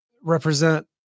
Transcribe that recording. represent